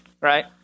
right